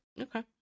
Okay